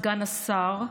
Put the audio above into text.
סגן השר,